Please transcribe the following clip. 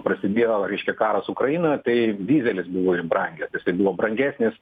prasidėjo reiškia karas ukrainoje tai dyzelis buvo išbrangęs jisai buvo brangesnis